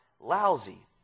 lousy